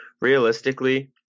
Realistically